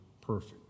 perfect